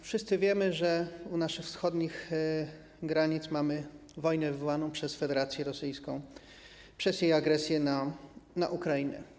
Wszyscy wiemy, że u naszych wschodnich granic mamy wojnę wywołaną przez Federację Rosyjską, przez jej agresję na Ukrainę.